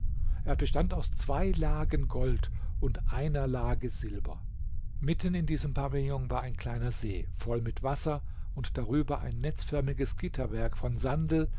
er bestand aus zwei lagen gold und einer lage silber mitten in diesem pavillon war ein kleiner see voll mit wasser und darüber ein netzförmiges gitterwerk von sandel